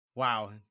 wow